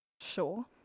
Sure